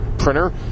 printer